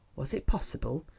was it possible?